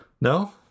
No